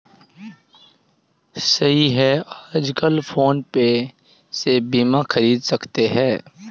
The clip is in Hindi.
सही है आजकल फ़ोन पे से बीमा ख़रीद सकते हैं